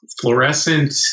fluorescent